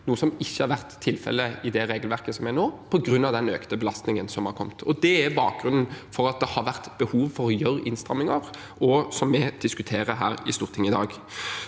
noe som ikke har vært tilfelle i det regelverket som er nå, på grunn av den økte belastningen som har kommet. Det er bakgrunnen for at det har vært behov for å gjøre innstramminger, som vi diskuterer her i Stortinget i dag.